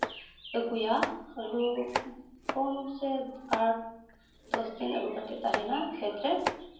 ᱟᱹᱜᱩᱭᱟ ᱟᱹᱞᱩ ᱯᱩᱱ ᱥᱮ ᱟᱴ ᱫᱚᱥ ᱫᱤᱱ ᱟᱹᱜᱩ ᱠᱟᱛᱮᱫ ᱛᱟᱦᱮᱱᱟ ᱠᱷᱮᱛᱨᱮ